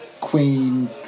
Queen